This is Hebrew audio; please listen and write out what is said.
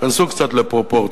תיכנסו קצת לפרופורציות.